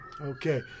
Okay